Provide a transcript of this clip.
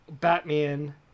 batman